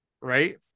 right